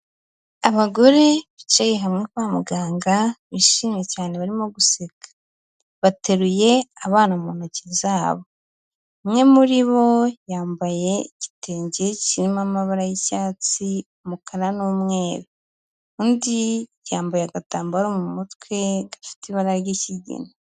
Abagore bicaye hamwe kwa muganga, bishimye cyane barimo guseka. Bateruye abana mu ntoki zabo, umwe muri bo yambaye igitenge kirimo amabara y'icyatsi, umukara n'umweru, undi yambaye agatambaro mu mutwe gafite ibara ry'ikigina.